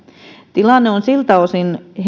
tilanne on siltä osin